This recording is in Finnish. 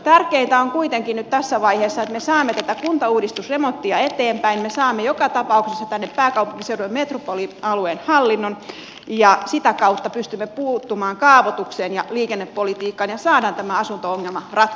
tärkeintä on kuitenkin nyt tässä vaiheessa että me saamme tätä kuntauudistusremonttia eteenpäin me saamme joka tapauksessa tänne pääkaupunkiseudulle metropolialueen hallinnon ja sitä kautta pystymme puuttumaan kaavoitukseen ja liikennepolitiikkaan ja saamme tämän asunto on a